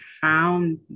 found